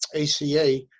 ACA